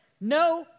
no